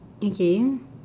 okay